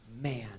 Man